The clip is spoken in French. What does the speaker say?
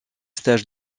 stages